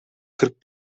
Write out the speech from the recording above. kırk